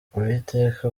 uwiteka